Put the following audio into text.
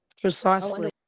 Precisely